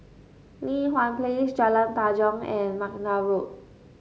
Li Hwan Place Jalan Tanjong and McNair Road